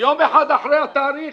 יום אחד אחרי התאריך